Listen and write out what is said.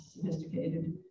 sophisticated